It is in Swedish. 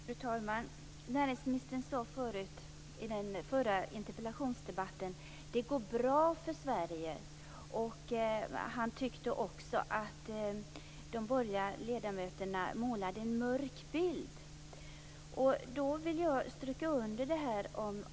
Fru talman! Näringsministern sade i den förra interpellationsdebatten att det går bra för Sverige. Han tyckte också att de borgerliga ledamöterna målade upp en mörk bild.